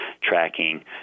tracking